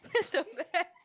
that's the back